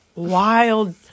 Wild